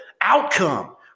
outcome